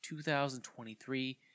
2023